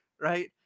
right